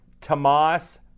tomas